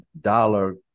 dollar